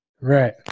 Right